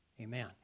Amen